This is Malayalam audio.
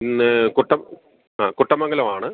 ഇന്ന് ആ കുട്ടമങ്കലവാണ്